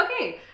okay